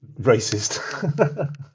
racist